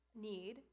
need